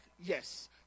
yes